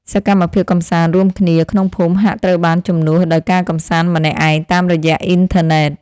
សកម្មភាពកម្សាន្តរួមគ្នាក្នុងភូមិហាក់ត្រូវបានជំនួសដោយការកម្សាន្តម្នាក់ឯងតាមរយៈអ៊ិនធឺណិត។